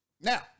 Now